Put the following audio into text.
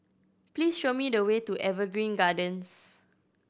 please show me the way to Evergreen Gardens